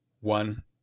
One